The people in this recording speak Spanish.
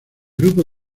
grupo